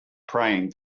praying